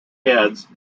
heads